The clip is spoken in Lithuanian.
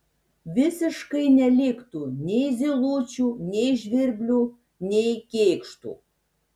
visiškai neliktų nei zylučių nei žvirblių nei kėkštų